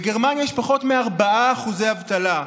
בגרמניה יש פחות מ-4% אבטלה.